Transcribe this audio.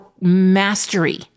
mastery